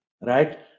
Right